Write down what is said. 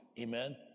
amen